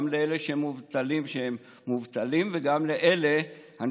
גם לאלה שמובטלים וגם לאלה שעובדים,